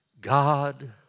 God